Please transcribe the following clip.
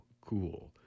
Cool